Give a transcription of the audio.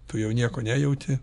tu jau nieko nejauti